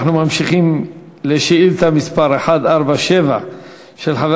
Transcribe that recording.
אנחנו ממשיכים לשאילתה מס' 147 של חבר